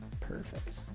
Perfect